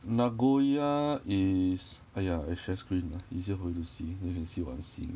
nagoya is !aiya! I share screen lah easier for you to see then you can see what I'm seeing